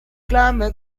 climax